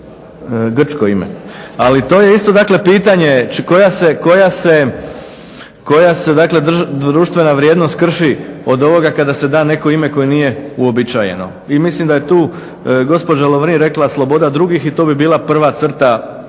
grčko ime. Ali to je isto dakle pitanje koja se društvena vrijednost krši od ovoga kada se da neko ime koje nije uobičajeno. I mislim da je tu gospođa Lovrin rekla sloboda drugih i to bi bila prva crta preko